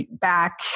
back